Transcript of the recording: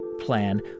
plan